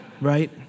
Right